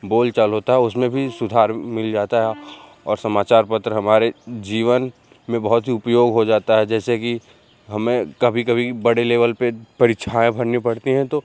बोलचाल होता है उसमें भी सुधार मिल जाता है और समाचार पत्र हमारे जीवन में बहुत ही उपयोग हो जाता है जैसे कि हमें कभी कभी बड़े लेवल पे परीक्षाएँ भरनी पड़ती हैं तो